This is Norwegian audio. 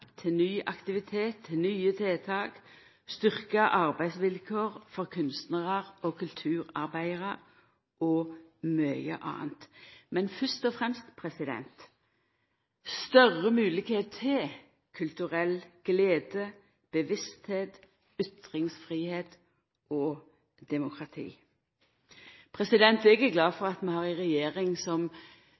til ny aktivitet, nye tiltak, styrkte arbeidsvilkår for kunstnarar og kulturarbeidarar og til mykje anna – men fyrst og fremst til ein større moglegheit til kulturell glede, bevisstheit, ytringsfridom og demokrati. Eg er glad for at vi har ei regjering som